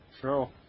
True